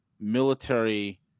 military